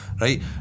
Right